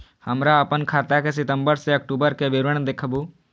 हमरा अपन खाता के सितम्बर से अक्टूबर के विवरण देखबु?